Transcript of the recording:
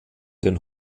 den